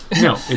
no